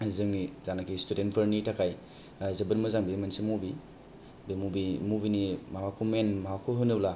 जोंनि जानाखि सितुदेन्तफोरनि थाखाय जोबोद मोजां बियो मोनसे मबि बे मबिनि माबाखौ मेन माबाखौ होनोब्ला